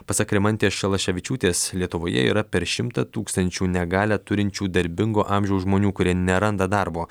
pasak rimantės šalaševičiūtės lietuvoje yra per šimtą tūkstančių negalią turinčių darbingo amžiaus žmonių kurie neranda darbo